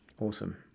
awesome